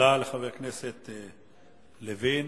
תודה לחבר הכנסת לוין.